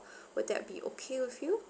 will that be okay with you